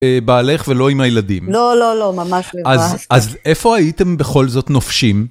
בעלך ולא עם הילדים לא לא לא ממש לבד אז אז איפה הייתם בכל זאת נופשים.